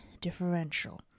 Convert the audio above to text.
differential